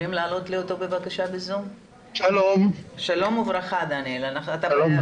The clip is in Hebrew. שלום וברכה, דניאל,